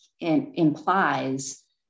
implies